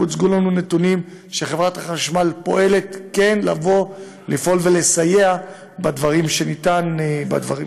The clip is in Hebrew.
הוצגו לנו נתונים שחברת החשמל פועלת כן לסייע בדברים שאפשר.